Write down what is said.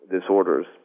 disorders